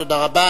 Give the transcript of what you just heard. תודה רבה.